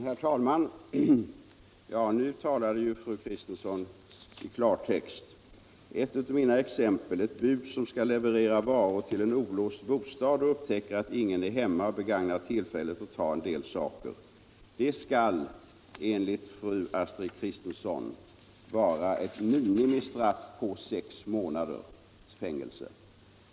Herr talman! Nu talar ju fru Kristensson i klartext. Ett av mina exempel gällde ett bud som skall leverera varor till en olåst bostad, upptäcker att ingen är hemma och begagnar tillfället till att ta en del saker. I det fallet skulle det enligt fru Kristensson vara ett minimistraff på sex månaders fängelse.